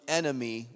enemy